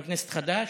חבר כנסת חדש,